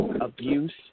abuse